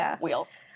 wheels